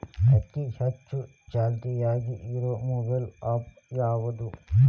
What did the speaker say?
ಅತಿ ಹೆಚ್ಚ ಚಾಲ್ತಿಯಾಗ ಇರು ಮೊಬೈಲ್ ಆ್ಯಪ್ ಯಾವುದು?